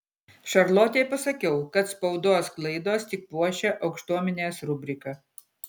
šarlotei pasakiau kad spaudos klaidos tik puošia aukštuomenės rubriką